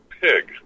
pig